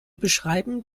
beschreiben